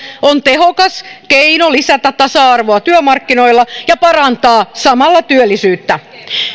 on tehokas keino lisätä tasa arvoa työmarkkinoilla ja parantaa samalla työllisyyttä